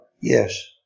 Yes